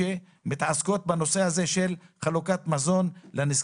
שמתעסקות בנושא הזה של חלוקת מזון לנזקקים?